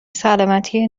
سلامتی